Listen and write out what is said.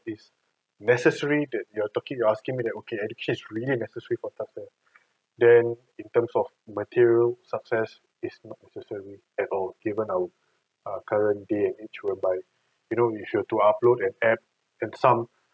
is necessary that you are talking you're asking me that okay education is really necessary for then in terms of material success is not necessary at all given our our err current day and whereby you know you should to upload an app and some